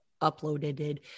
uploaded